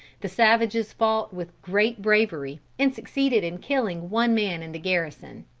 the savages fought with great bravery, and succeeded in killing one man in the garrison.